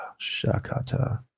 Shakata